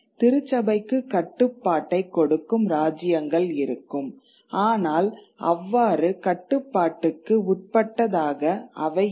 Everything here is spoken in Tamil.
திருச்சபைக்கு கட்டுப்பாட்டைக் கொடுக்கும் ராஜ்யங்கள் இருக்கும் ஆனால் அவ்வாறு கட்டுப்பாட்டுக்கு உட்பட்டதாக அவை இல்லை